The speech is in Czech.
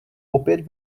opět